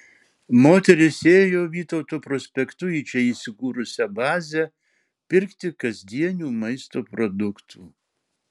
moteris ėjo vytauto prospektu į čia įsikūrusią bazę pirkti kasdienių maisto produktų